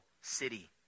city